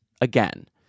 again